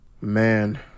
man